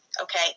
Okay